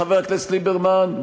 חבר הכנסת ליברמן,